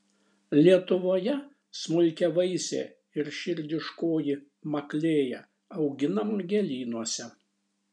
lietuvoje smulkiavaisė ir širdiškoji maklėja auginama gėlynuose